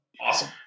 Awesome